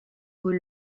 rôle